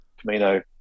Camino